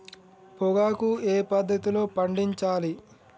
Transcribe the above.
పొగాకు ఏ పద్ధతిలో పండించాలి?